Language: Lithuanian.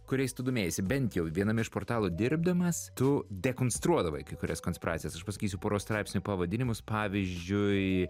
kuriais tu domėjaisi bent jau viename iš portalų dirbdamas tu dekonstruodavai kai kurias konspiracijas aš pasakysiu poros straipsnių pavadinimus pavyzdžiui